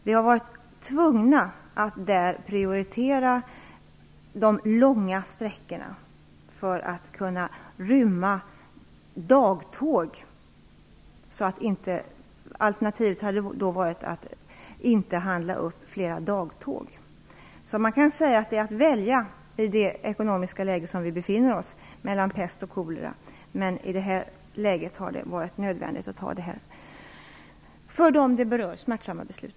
Vi har varit tvungna att prioritera de långa sträckorna för att kunna rymma dagtåg. Alternativet hade varit att inte handla upp flera dagtåg. Man kan säga att det är att i det ekonomiska läge som vi befinner oss i välja mellan pest och kolera. Men i det här läget har det varit nödvändigt att fatta detta för de berörda smärtsamma beslut.